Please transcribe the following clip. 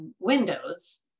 Windows